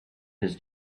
his